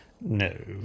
No